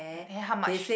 then how much